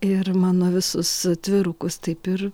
ir mano visus atvirukus taip ir